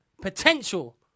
potential